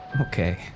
Okay